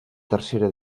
tercera